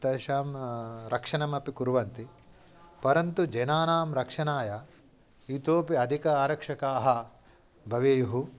तेषां रक्षणमपि कुर्वन्ति परन्तु जनानां रक्षणाय इतोऽपि अधिकाः आरक्षकाः भवेयुः